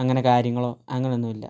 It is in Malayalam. അങ്ങനെ കാര്യങ്ങളോ അങ്ങനെ ഒന്നുമില്ല